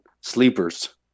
sleepers